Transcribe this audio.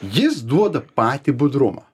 jis duoda patį budrumą